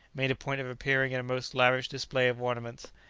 made a point of appearing in a most lavish display of ornaments.